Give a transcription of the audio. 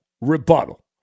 rebuttal